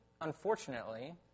unfortunately